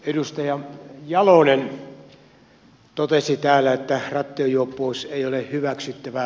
edustaja jalonen totesi täällä että rattijuoppous ei ole hyväksyttävää